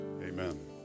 Amen